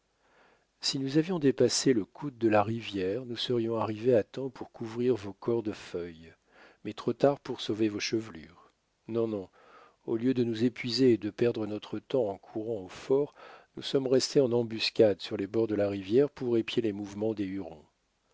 si nous avions dépassé le coude de la rivière nous serions arrivés à temps pour couvrir vos corps de feuilles mais trop tard pour sauver vos chevelures non non au lieu de nous épuiser et de perdre notre temps en courant au fort nous sommes restés en embuscade sur les bords de la rivière pour épier les mouvements des